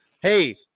Hey